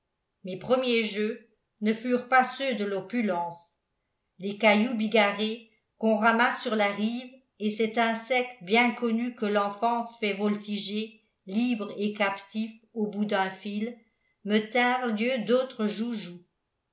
mes premiers jeux ne furent pas ceux de l'opulence les cailloux bigarrés qu'on ramasse sur la rive et cet insecte bien connu que l'enfance fait voltiger libre et captif au bout d'un fil me tinrent lieu d'autres joujoux